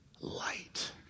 light